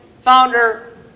founder